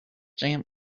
jam